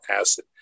acid